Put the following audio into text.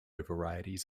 varieties